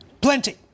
Plenty